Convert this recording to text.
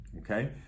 okay